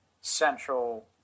central